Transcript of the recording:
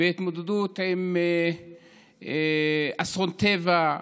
בהתמודדות עם אסון טבע,